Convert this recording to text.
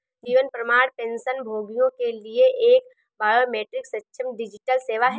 जीवन प्रमाण पेंशनभोगियों के लिए एक बायोमेट्रिक सक्षम डिजिटल सेवा है